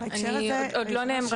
אני נכנסת תוך